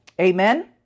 amen